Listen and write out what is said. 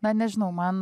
na nežinau man